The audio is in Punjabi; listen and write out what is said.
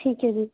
ਠੀਕ ਹੈ ਜੀ